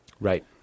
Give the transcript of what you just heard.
Right